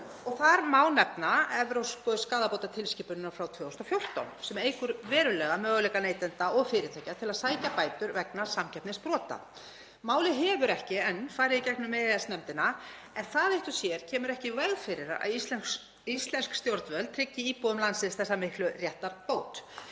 lög. Þar má nefna evrópsku skaðabótatilskipunina frá 2014 sem eykur verulega möguleika neytenda og fyrirtækja til að sækja bætur vegna samkeppnisbrota. Málið hefur ekki enn farið í gegnum EES-nefndina en það eitt og sér kemur ekki í veg fyrir að íslensk stjórnvöld tryggi íbúum landsins þessa miklu réttarbót.